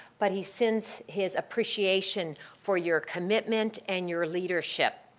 but he sends his appreciation for your commitment and your leadership.